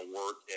work